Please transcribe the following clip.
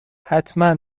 حتما